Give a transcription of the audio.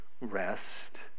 rest